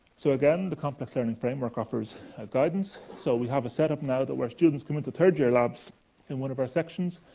so again, the complex learning framework offers guidance. so, we have a setup now that, when students come into third year labs in one of our seconds,